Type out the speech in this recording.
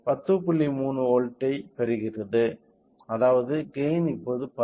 3 volt பெறுகிறது அதாவது gain இப்போது 10